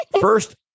first